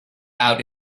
out